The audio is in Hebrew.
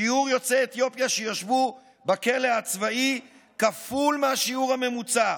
שיעור יוצאי אתיופיה שישבו בכלא הצבאי כפול מהשיעור הממוצע.